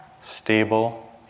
stable